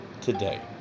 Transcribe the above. today